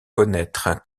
connaître